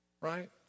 right